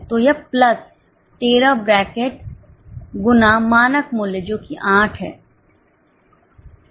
तो यह plus 13 bracket गुना मानक मूल्य जो कि 8 है